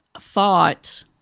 thought